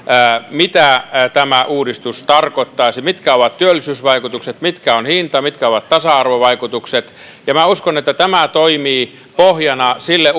mitä tämä uudistus tarkoittaisi mitkä ovat työllisyysvaikutukset mikä on hinta mitkä ovat tasa arvovaikutukset ja minä uskon että tämä toimii pohjana sille